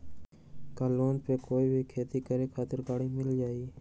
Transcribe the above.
का लोन पर कोई भी खेती करें खातिर गरी मिल जाइ?